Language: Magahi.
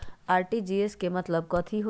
आर.टी.जी.एस के मतलब कथी होइ?